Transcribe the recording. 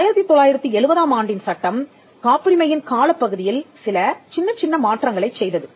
1970 ஆம் ஆண்டின் சட்டம் காப்புரிமையின் காலப்பகுதியில் சில சின்னச் சின்ன மாற்றங்களைச் செய்தது